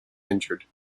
injured